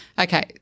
Okay